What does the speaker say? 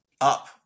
up